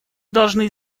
должны